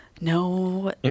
No